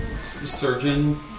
surgeon